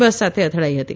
બસ સાથે અથડાઇ હતી